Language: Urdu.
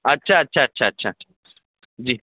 اچھا اچھا اچھا اچھا جی